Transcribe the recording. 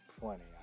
plenty